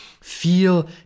feel